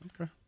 Okay